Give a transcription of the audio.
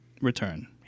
return